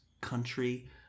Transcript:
country